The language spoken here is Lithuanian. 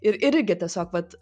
ir irgi tiesiog vat